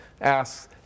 asks